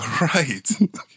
Right